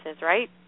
right